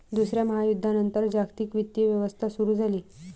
दुसऱ्या महायुद्धानंतर जागतिक वित्तीय व्यवस्था सुरू झाली